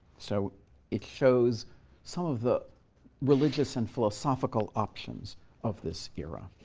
so it shows some of the religious and philosophical options of this era.